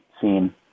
seen